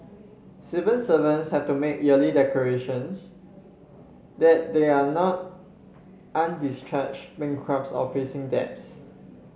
civil servants have to make yearly declarations that they are not undischarged bankrupts or facing debts